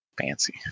Fancy